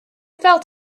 felt